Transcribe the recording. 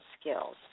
skills